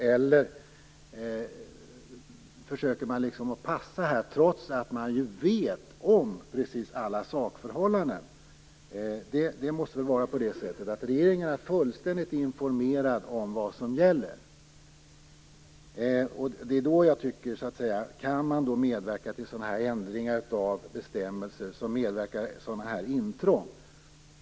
Eller försöker man liksom att passa, trots att man känner till alla sakförhållanden? Regeringen måste ju vara fullständigt informerad om vad som gäller. Kan man då medverka till sådana här ändringar av bestämmelser som medför sådana här intrång?